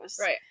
Right